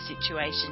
situation